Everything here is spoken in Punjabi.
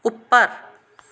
ਉੱਪਰ